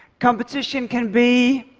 competition can be